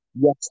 Yes